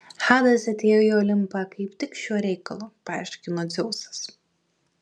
hadas atėjo į olimpą kaip tik šiuo reikalu paaiškino dzeusas